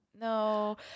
no